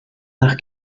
nach